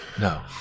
no